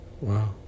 wow